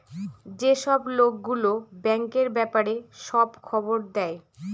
যেসব লোক গুলো ব্যাঙ্কের ব্যাপারে সব খবর দেয়